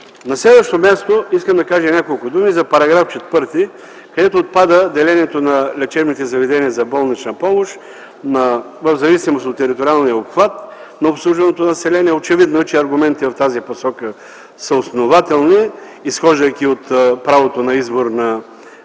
На следващо място, искам да кажа няколко думи за § 4, където отпада делението на лечебните заведения за болнична помощ в зависимост от териториалния обхват на обслужваното население. Очевидно е, че аргументите в тази посока са основателни, изхождайки от правото на избор на